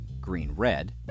green-red